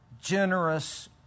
generous